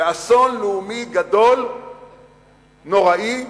באסון לאומי גדול, נוראי,